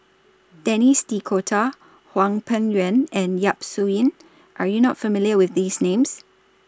Denis D'Cotta Hwang Peng Yuan and Yap Su Yin Are YOU not familiar with These Names